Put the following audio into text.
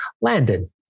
Landon